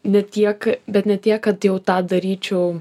bet tiek bet ne tiek kad jau tą daryčiau